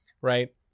right